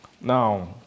Now